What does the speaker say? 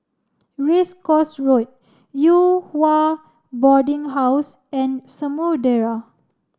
Race Course Road Yew Hua Boarding House and Samudera